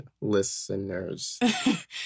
listeners